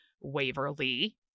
Waverly